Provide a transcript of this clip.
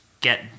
get